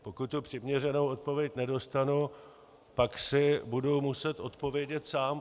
Pokud tu přiměřenou odpověď nedostanu, pak si budu muset odpovědět sám.